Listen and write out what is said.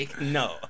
no